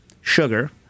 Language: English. sugar